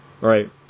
right